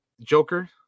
Joker